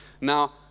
Now